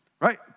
Right